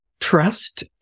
trust